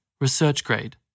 research-grade